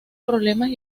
problemas